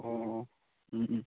ꯑꯣ ꯎꯝ ꯎꯝ